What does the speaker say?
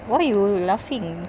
why you laughing